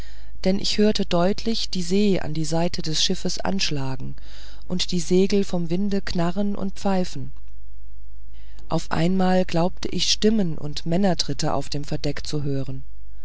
denn ich hörte deutlich die see an der seite des schiffes anschlagen und die segel vom winde knarren und pfeifen auf einmal glaubte ich stimmen und männertritte auf dem verdeck zu hören